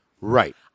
Right